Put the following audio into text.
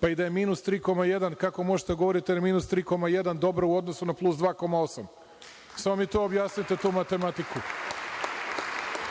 Pa i da je minus 3,1 kako možete da govorite da je minus 3,1 dobro u odnosu na plus 2,8? Samo mi to objasnite tu matematiku. Nemojte